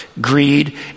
greed